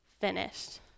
finished